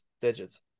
digits